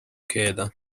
keeda